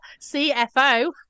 CFO